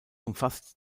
umfasst